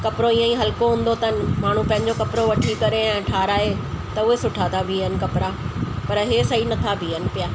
कपिड़ो इअं ई हलको हूंदो अथनि माण्हू पंहिंजो कपिड़ो वठी करे ऐं ठाहिराए त उहे सुठा था बीहनि कपिड़ा पर इहे सही न था बीहनि पिया